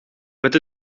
met